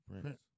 Prince